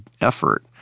effort